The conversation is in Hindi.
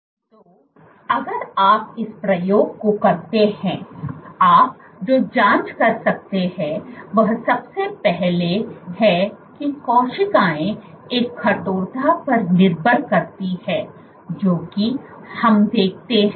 तो अगर आप इस प्रयोग को करते हैं आप जो जांच कर सकते हैं वह सबसे पहले है कि कोशिकाएं एक कठोरता पर निर्भर करती हैं जो कि हम देखते हैं